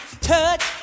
touch